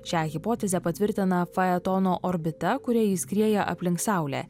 šią hipotezę patvirtina faetono orbita kuria ji skrieja aplink saulę